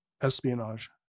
espionage